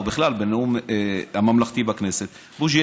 או בכלל בנאום הממלכתי בכנסת.